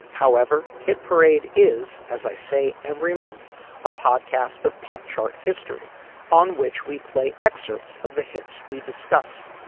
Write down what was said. however hit parade is as i say every month a podcast of pop chart history on which we play excerpts of the hits we discuss.